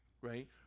right